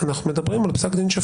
אנחנו מדברים על פסק דין שפיר.